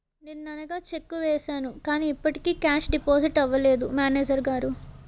నిన్ననగా చెక్కు వేసాను కానీ ఇప్పటికి కేషు డిపాజిట్ అవలేదు మేనేజరు గారు